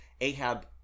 Ahab